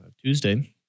Tuesday